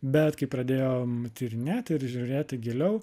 bet kai pradėjom tyrinėt ir žiūrėti giliau